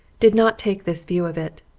did not take this view of it.